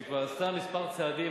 שכבר עשתה כמה צעדים,